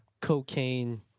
cocaine